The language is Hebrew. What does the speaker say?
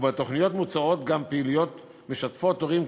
ובתוכניות מוצעות גם פעילויות משתפות הורים,